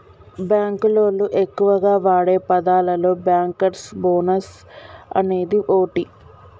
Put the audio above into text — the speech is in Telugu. బాంకులోళ్లు ఎక్కువగా వాడే పదాలలో బ్యాంకర్స్ బోనస్ అనేది ఓటి